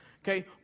okay